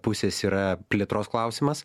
pusės yra plėtros klausimas